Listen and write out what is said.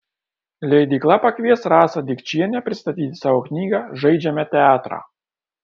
leidykla pakvies rasą dikčienę pristatyti savo knygą žaidžiame teatrą